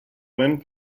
wind